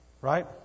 right